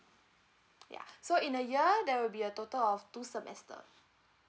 yeah so in a year there will be a total of two semester